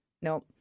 Nope